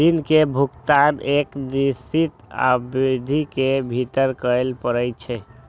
ऋण के भुगतान एक निश्चित अवधि के भीतर करय पड़ै छै